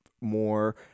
more